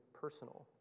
personal